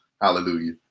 Hallelujah